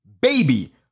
Baby